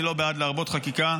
אני לא בעד להרבות חקיקה,